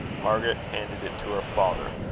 margaret handed it to her father.